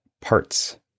parts